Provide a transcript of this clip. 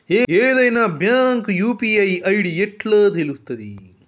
ఏదైనా bank UPI ID ఎట్లా తెలుత్తది?